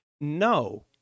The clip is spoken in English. no